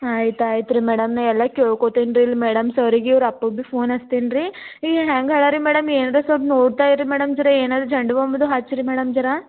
ಆಯ್ತು ಆಯ್ತು ರೀ ಮೇಡಮ್ ನಾ ಎಲ್ಲ ಕೇಳ್ಕೊತಿನಿ ರೀ ಇಲ್ಲ ಮೇಡಮ್ ಸರಿಗೇ ಇವ್ರ ಅಪ್ಪಗೆ ಬಿ ಫೋನ್ ಹಚ್ತೀನಿ ರೀ ಈಗ ಹೆಂಗ್ ಹಳಾ ರೀ ಮೇಡಮ್ ಏನಾರ ಸ್ವಲ್ಪ್ ನೋಡ್ತಾಯಿರಿ ಮೇಡಮ್ ಜರಾ ಏನಾದ್ರು ಝಂಡು ಬಾಂಬ್ ಇದ್ರೆ ಹಚ್ರೀ ಮೇಡಮ್ ಜರಾ